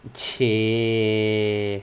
!chey!